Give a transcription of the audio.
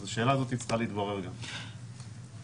אז כדאי לברר את השאלה הזאת.